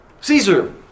Caesar